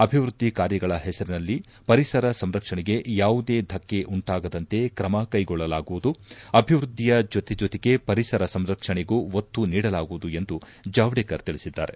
ಅಭಿವ್ಯದ್ಧಿ ಕಾರ್ಯಗಳ ಪೆಸರಿನಲ್ಲಿ ಪರಿಸರ ಸಂರಕ್ಷಣೆಗೆ ಯಾವುದೇ ದಕ್ಕೆ ಉಂಟಾಗದಂತೆ ಕ್ರಮ ಕೈಗೊಳ್ಳಲಾಗುವುದು ಅಭಿವೃದ್ಧಿಯ ಜೊತೆ ಜೊತೆಗೆ ಪರಿಸರ ಸಂರಕ್ಷಣೆಗೂ ಒತ್ತು ನೀಡಲಾಗುವುದು ಎಂದು ಜಾವಡೇಕರ್ ತಿಳಿಸಿದ್ದಾರೆ